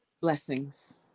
Blessings